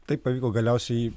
taip pavyko galiausiai